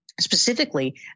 Specifically